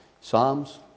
Psalms